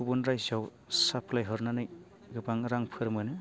गुबुन रायजोआव साप्लाय हरनानै गोबां रांफोर मोनो